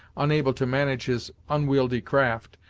unable to manage his unwieldy craft,